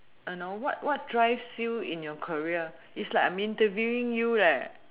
you know what what drives you in your career it's like I'm interviewing you right